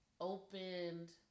opened